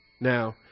Now